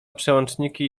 przełączniki